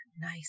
nice